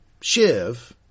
Shiv